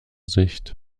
sicht